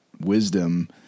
wisdom